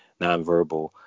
nonverbal